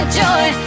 joy